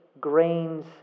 grains